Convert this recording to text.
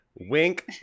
Wink